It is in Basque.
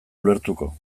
ulertuko